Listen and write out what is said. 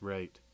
Right